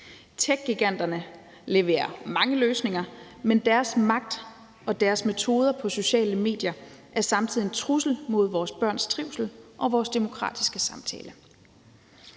Techgiganterne leverer mange løsninger, men deres magt og deres metoder på sociale medier er samtidig en trussel mod vores børns trivsel og vores demokratiske samtale.